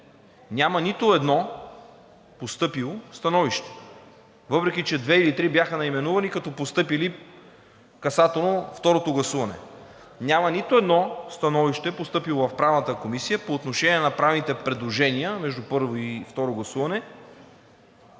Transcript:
няма нито едно постъпило становище, въпреки че две или три бяха наименувани като постъпили касателно второто гласуване. Няма нито едно становище, постъпило в Правната комисия, по отношение на направените предложения между първо и второ гласуване,